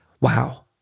wow